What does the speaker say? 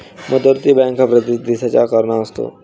मध्यवर्ती बँक हा प्रत्येक देशाचा कणा असतो